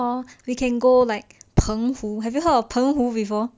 or we can go like 澎湖 have you heard of 澎湖 before